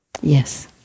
Yes